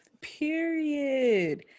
Period